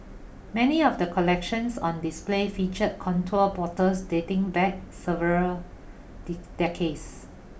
many of the collections on display featured contour bottles dating back several dick decades